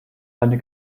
eine